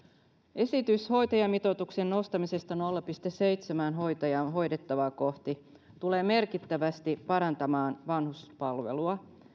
esitys hoitajamitoituksen nostamisesta nolla pilkku seitsemään hoitajaan hoidettavaa kohti tulee merkittävästi parantamaan vanhuspalvelua